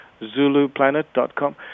ZuluPlanet.com